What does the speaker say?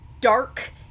dark